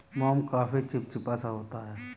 मोम काफी चिपचिपा सा होता है